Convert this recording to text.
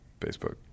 Facebook